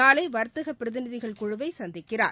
நாளை வர்த்தக பிரதிநிதிகள் குழுவை சந்திக்கிறார்